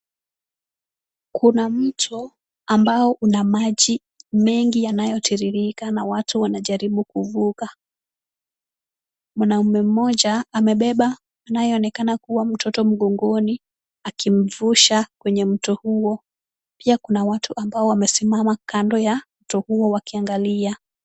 Kuna mto ambao una maji mengi yanayotiririka na watu wanajaribu kuvuka. Mwanaume mmoja amebeba anayeonekana kuwa mtoto mgongoni, akimvusha kwenye mto huo. Pia kuna watu ambao wamesimama kando ya mto huo wakiangalia.